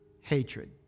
Hatred